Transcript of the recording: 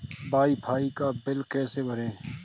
Wi fi का bill कैसे भरें?